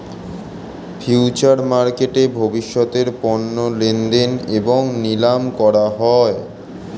future মার্কেটে ভবিষ্যতের পণ্য লেনদেন এবং নিলাম করা হয়